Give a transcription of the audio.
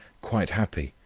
quite happy,